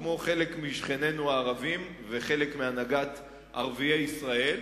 כמו חלק משכנינו הערבים וחלק מהנהגת ערביי ישראל,